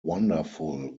wonderful